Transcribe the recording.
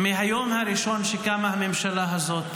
מהיום הראשון שקמה הממשלה הזאת,